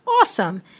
awesome